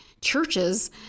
churches